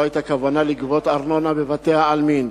היתה כוונה לגבות ארנונה מבתי-העלמין.